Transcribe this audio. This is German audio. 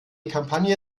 kampagne